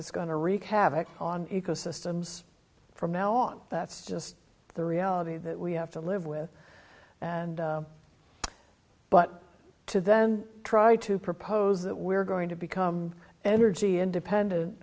it's going to wreak havoc on ecosystems from now on that's just the reality that we have to live with and but to then try to propose that we're going to become energy independent